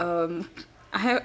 um I have